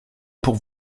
pour